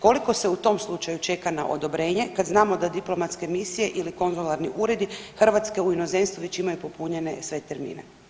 Koliko se u tom slučaju čeka na odobrenje kad znamo da diplomatske misije ili konzularni uredi Hrvatske u inozemstvu već imaju popunjene sve termine?